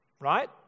Right